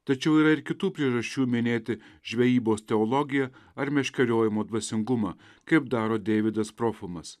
tačiau yra ir kitų priežasčių minėti žvejybos teologiją ar meškeriojimo dvasingumą kaip daro deividas profumas